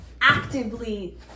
actively